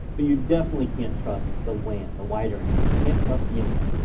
but you definitely can't trust the wan, the wide area network. you can't trust the internet.